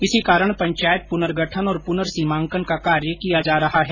इसी कारण पंचायत पुनर्गठन और पुर्नसीमांकन का कार्य किया जा रहा है